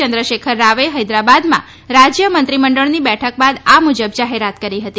ચંદ્રશેખર રાવે હૈદરાબાદમાં રાજ્ય મંત્રીમંડળની બેઠક બાદ આ મુજબ જાહેરાત કરી હતી